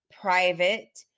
private